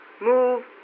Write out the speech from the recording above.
move